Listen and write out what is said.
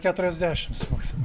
keturiasdešims maksim